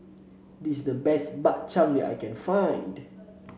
this is the best Bak Chang that I can find